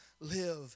live